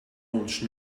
launched